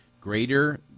greater